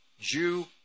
Jew